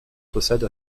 possède